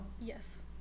Yes